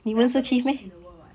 there are so many keith in the world [what]